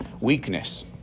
weakness